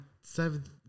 seventh